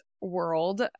world